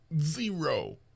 Zero